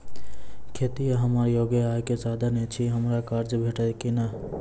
खेतीये हमर एगो आय के साधन ऐछि, हमरा कर्ज भेटतै कि नै?